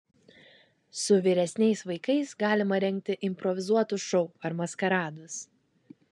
su vyresniais vaikais galima rengti improvizuotus šou ar maskaradus